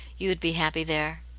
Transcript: you would be happy there?